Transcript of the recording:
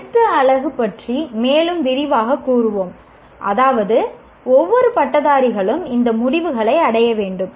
அடுத்த அலகு பற்றி மேலும் விரிவாகக் கூறுவோம் அதாவது ஒவ்வொரு பட்டதாரிகளும் இந்த முடிவுகளை அடைய வேண்டும்